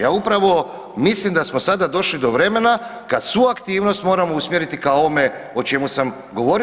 Ja upravo mislim da smo sada došli do vremena kad svu aktivnost moramo usmjeriti ka ovome o čemu sam govorio.